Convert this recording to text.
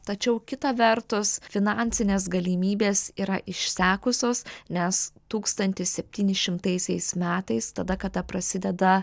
tačiau kita vertus finansinės galimybės yra išsekusios nes tūkstantis septyni šimtaisiais metais tada kada prasideda